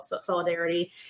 solidarity